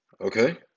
Okay